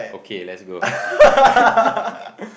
okay let's go